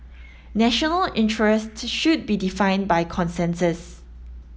national interest should be defined by consensus